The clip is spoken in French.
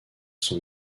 son